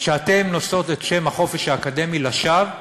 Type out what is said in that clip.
כשאתן נושאות את שם החופש האקדמי לשווא,